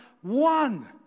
one